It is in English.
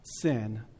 sin